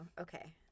Okay